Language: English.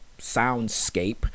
soundscape